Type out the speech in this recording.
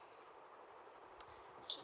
okay